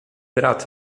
brat